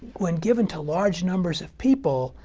when given to large numbers of people,